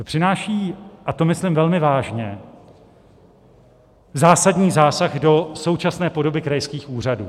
Přináší a to myslím velmi vážně zásadní zásah do současné podoby krajských úřadů.